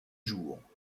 jours